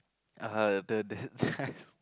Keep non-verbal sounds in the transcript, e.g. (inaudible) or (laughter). uh the the (laughs)